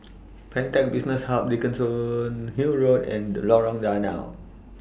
Pantech Business Hub Dickenson Hill Road and Lorong Danau